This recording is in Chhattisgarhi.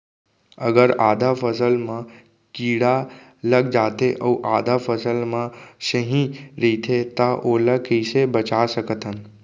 अगर आधा फसल म कीड़ा लग जाथे अऊ आधा फसल ह सही रइथे त ओला कइसे बचा सकथन?